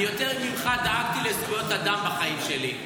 אני יותר ממך דאגתי לזכויות אדם בחיים שלי.